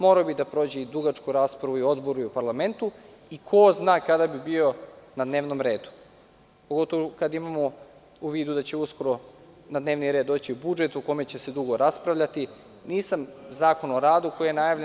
Morao bi da prođe i dugačku raspravu i u odboru i u parlamentu i ko zna kada bi bio na dnevnom redu, pogotovo kada imamo u vidu da će uskoro na dnevni red doći i budžet o kome će se dugo raspravljati, zakon o radu koji je najavljen.